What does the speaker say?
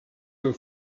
have